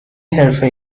حرفه